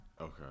okay